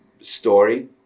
story